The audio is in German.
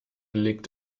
liegt